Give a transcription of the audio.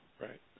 right